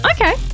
Okay